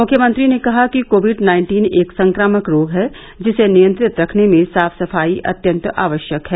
मुख्यमंत्री ने कहा कि कोविड नाइन्टीन एक संक्रामक रोग है जिसे नियंत्रित रखने में साफ सफाई अत्यंत आवश्यक है